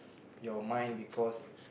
your mind because